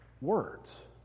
words